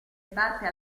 parte